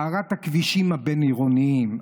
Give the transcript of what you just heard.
הארת הכבישים הבין-עירוניים,